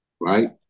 right